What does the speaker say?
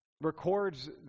records